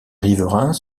riverains